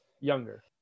younger